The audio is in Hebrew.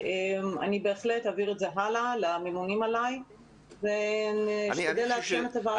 אני בהחלט אעביר את זה הלאה לממונים עליי ואשתדל לעדכן את הוועדה.